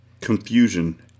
Confusion